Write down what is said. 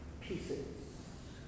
pieces